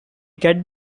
get